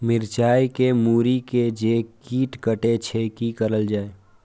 मिरचाय के मुरी के जे कीट कटे छे की करल जाय?